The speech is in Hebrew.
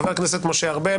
חבר הכנסת משה ארבל,